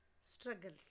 Struggles